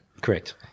Correct